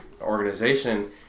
organization